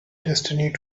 destiny